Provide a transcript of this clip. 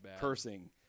cursing